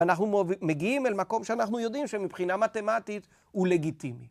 אנחנו מגיעים אל מקום שאנחנו יודעים שמבחינה מתמטית הוא לגיטימי.